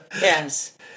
Yes